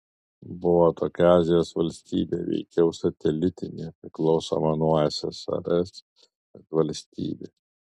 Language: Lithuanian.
buvo tokia azijos valstybė veikiau satelitinė priklausoma nuo ssrs bet valstybė